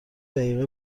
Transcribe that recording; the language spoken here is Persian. دقیقه